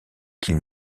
qu’ils